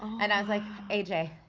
and i was like, ajay,